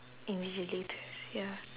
invigilators ya